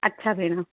अछा भेणु